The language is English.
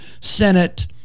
Senate